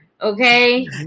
Okay